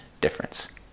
difference